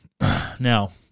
Now